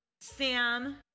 Sam